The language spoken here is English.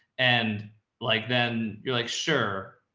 and like, then you're like, sure.